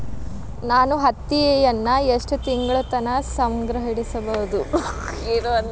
ನಾನು ಹತ್ತಿಯನ್ನ ಎಷ್ಟು ತಿಂಗಳತನ ಸಂಗ್ರಹಿಸಿಡಬಹುದು?